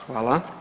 Hvala.